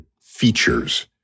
features